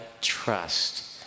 trust